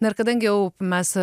dar kadangi jau mes